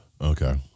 okay